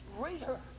greater